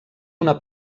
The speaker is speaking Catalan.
una